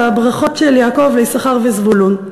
בברכות של יעקב ליששכר וזבולון.